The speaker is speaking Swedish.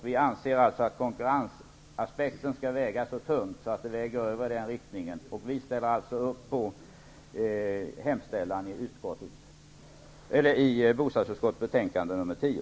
Vi anser att konkurrensaspekten skall väga så tungt att fördelarna väger över. Vi ställer alltså upp på hemställan i bostadsutskottets betänkande nr 10.